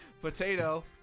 Potato